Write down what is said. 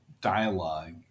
dialogue